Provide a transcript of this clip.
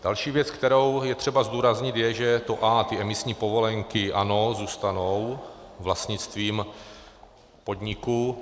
Další věc, kterou je třeba zdůraznit, je, že to a, ty emisní povolenky, ano, zůstanou vlastnictvím podniku.